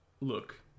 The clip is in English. Look